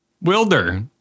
wilder